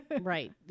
right